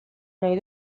nahi